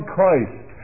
Christ